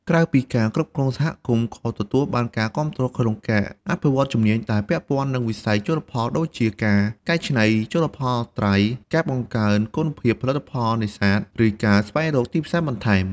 ក្រៅពីការគ្រប់គ្រងសហគមន៍ក៏ទទួលបានការគាំទ្រក្នុងការអភិវឌ្ឍជំនាញដែលពាក់ព័ន្ធនឹងវិស័យជលផលដូចជា ការកែច្នៃជលផលត្រី ការបង្កើនគុណភាពផលិតផលនេសាទ ឬការស្វែងរកទីផ្សារបន្ថែម។